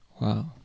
Wow